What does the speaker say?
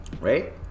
Right